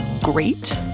great